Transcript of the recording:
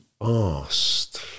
asked